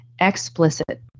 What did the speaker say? explicit